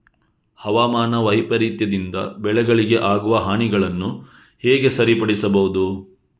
ಹವಾಮಾನ ವೈಪರೀತ್ಯದಿಂದ ಬೆಳೆಗಳಿಗೆ ಆಗುವ ಹಾನಿಗಳನ್ನು ಹೇಗೆ ಸರಿಪಡಿಸಬಹುದು?